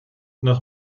nach